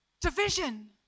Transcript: division